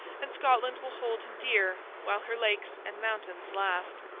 and scotland will hold him dear while her lakes and mountains last.